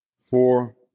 four